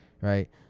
Right